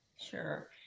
Sure